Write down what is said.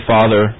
Father